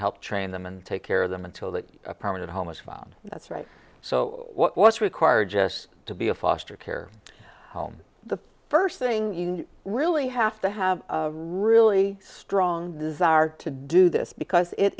help train them and take care of them until that permanent home is found that's right so what's required just to be a foster care home the first thing you really have to have a really strong desire to do this because it